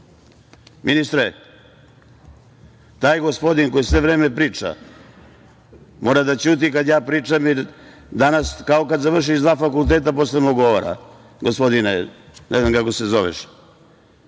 danas? Ministre, taj gospodin koji sve vreme priča mora da ćuti kada ja pričam- Danas kao kada završiš dva fakulteta posle mog govora, gospodine. Ne znam kako se zoveš. Da